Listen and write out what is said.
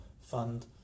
fund